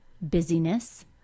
busyness